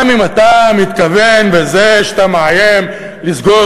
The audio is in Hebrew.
גם אם אתה מתכוון בזה שאתה מאיים לסגור